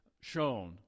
shown